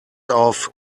auf